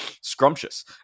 scrumptious